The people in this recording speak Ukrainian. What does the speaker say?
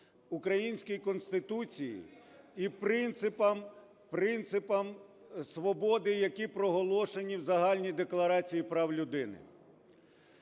українській Конституції і принципам свободи, які проголошені в Загальній декларації прав людини.